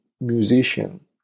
musician